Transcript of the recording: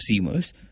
seamers